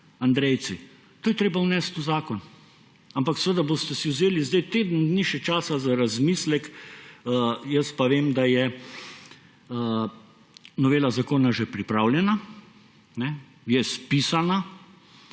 Andrejci. To je treba vnesti v zakon! Ampak seveda si boste vzeli teden dni še časa za razmislek, jaz pa vem, da je novela zakona že pripravljena, je spisana